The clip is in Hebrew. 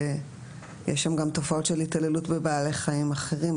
ויש שם גם תופעות של התעללות בבעלי חיים אחרים,